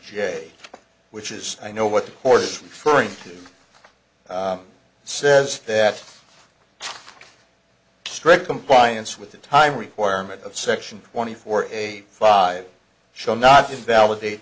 j which is i know what the court's referring to says that strict compliance with the time requirement of section twenty four a five shall not invalidate